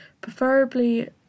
preferably